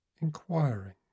Inquiring